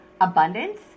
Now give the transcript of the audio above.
abundance